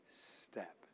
step